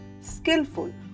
skillful